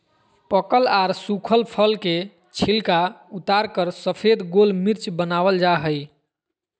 पकल आर सुखल फल के छिलका उतारकर सफेद गोल मिर्च वनावल जा हई